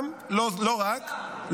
גם, לא רק.